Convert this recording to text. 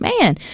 man